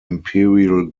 imperial